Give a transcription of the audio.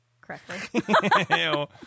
correctly